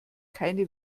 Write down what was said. keine